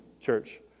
church